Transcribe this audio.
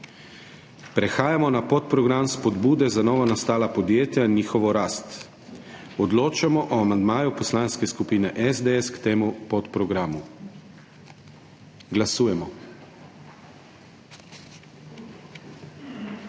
Prehajamo na podprogram Spodbude za novonastala podjetja in njihovo rast. Odločamo o amandmaju Poslanske skupine SDS k temu podprogramu. Glasujemo.